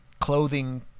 clothing